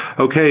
okay